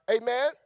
Amen